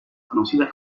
conocidas